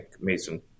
Mason